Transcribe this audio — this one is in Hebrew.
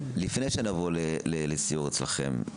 לפני שנבוא לסיור אצלכם.